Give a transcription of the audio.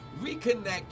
reconnect